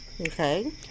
Okay